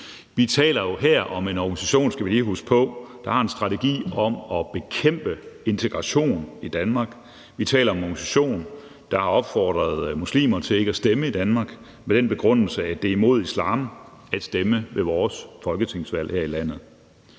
vi her taler om en organisation, der har en strategi om at bekæmpe integration i Danmark. Vi taler om en organisation, der har opfordret muslimer til ikke at stemme i Danmark med den begrundelse, at det er imod islam at stemme ved vores folketingsvalg her i landet.